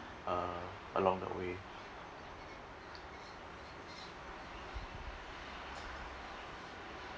uh along the way